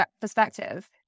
perspective